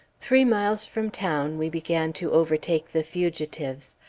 three miles from town we began to overtake the fugitives.